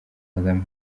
kagame